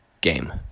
game